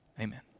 Amen